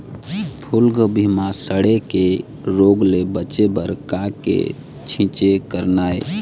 फूलगोभी म सड़े के रोग ले बचे बर का के छींचे करना ये?